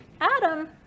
Adam